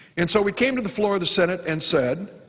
and so we came to the floor of the senate and said,